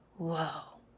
whoa